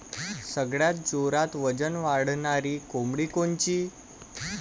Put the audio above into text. सगळ्यात जोरात वजन वाढणारी कोंबडी कोनची?